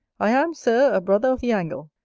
i am, sir, a brother of the angle,